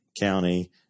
county